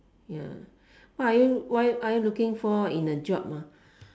ya what are you what are you looking for in a job ah